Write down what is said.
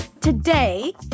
Today